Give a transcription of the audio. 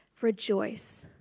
Rejoice